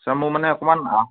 sir মোৰ মানে অকণমান